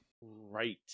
Right